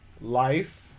life